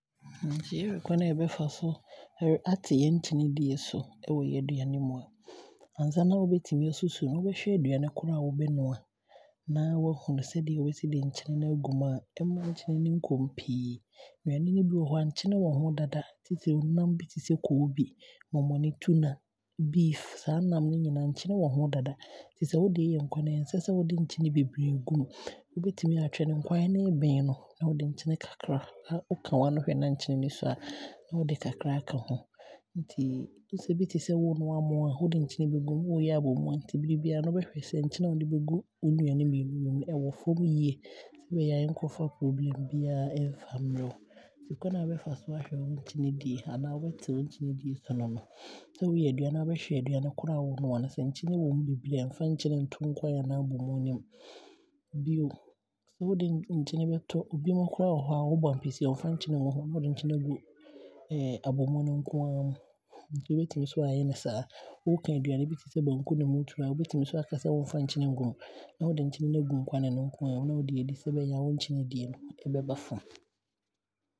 Sɛ yɛhwɛ kwane a yɛbɛfa so aate yɛ nkyene die so wɔ yɛaduane die mu a, ansa na wobɛtumi aasusu no, wobɛhwɛ aduane korɔ a woobɛnoa na waahunu sɛdea wobɛsi aayɛ de nkyene no aagu mu a,ɛmma nkyene no nkɔ mu pii. Nnuane no bi wɔ hɔ a nkyene wɔ mu dada, nnam bi te sɛ koobi, tuna, beef saa nam no nyinaa nkyene wɔ ho dada, sɛ wode ɛɛyɛ nkwane a ɛnsɛsɛ wode nkyene beberee bɛgu mu. Wobɛtumi aatwɛn nkwane no ɛbene no na wode nkyene kakra wode nkwane no kakra ka w'ano hwɛ a na nkyene no sua a na wode kakra aaka ho. Nti ɛbi te se wonoa moo a wode nkyene bɛgu mu, wooyɛ abɔmuu a wode nkyene bɛgu mu, nti bere biaa wobɛhwɛ sɛ nkyene a wode bɛgu wo nnuane mmienu no mu no ɛwɔ fam yie, sɛnea bɛyɛ a ɛnkɔfa problem biaa ɛmfa mmerɛ wo. Nti kwane a wobɛfa so aahwɛ wo nkyenedie anaa wobɛte wo nkyenedie so ne sɛ, sɛ wooyɛ aduane a wobɛhwɛ aduane korɔ a woonoa sɛ nkyene wɔ mu beberee a womfa nkyene nto nkwane anaa abɔmuu no mu. Bio sɛ wode nkyene koraa bɛto abinom wɔ hɔ a ɛbɛbɔ ampesie a bɛmfa nkyene ngu ho na ɔde nkyene aagu abɔmu no nko aa ho, wobɛtumi nso aayɛ no saa. Sɛ wooka aduane bi te sɛ banku ne mootuo nso a wobɛtumi nso aakasɛ womfa nkyene ɛngu mu, na wode nkyene no aakye nkwane no nko aa mu na wode adi sɛnea ɛbɛyɛ a wo nkyenedie no so bɛte.